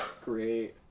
Great